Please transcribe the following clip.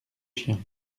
chiens